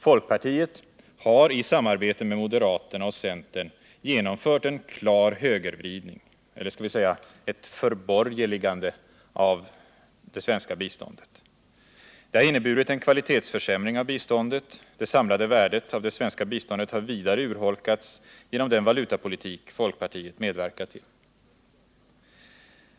Folkpartiet har i samarbete med moderaterna och centern genomfört en klar högervridning eller skall vi säga ett förborgerligande av biståndet. Det har inneburit en kvalitetsförsämring av biståndet. Det samlade värdet av det svenska biståndet har vidare urholkats genom den valutapolitik folkpartiet medverkat till.